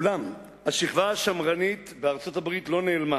ואולם, השכבה השמרנית בארצות-הברית לא נעלמה.